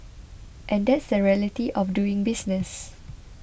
and that's the reality of doing business